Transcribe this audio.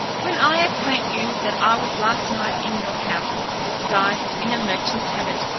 when i acquaint you that i was last night in your house, disguised in a merchant's habit,